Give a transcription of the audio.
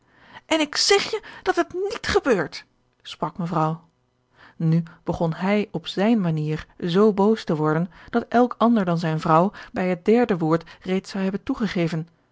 en ik zeg je dat het niet gebeurt sprak mevrouw nu begon hij op zijne manier zoo boos te worden dat elk ander dan zijne vrouw bij het derde woord reeds zou hebben toegegeven